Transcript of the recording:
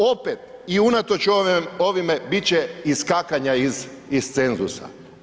Opet i unatoč ovome bit će iskakanja iz cenzusa.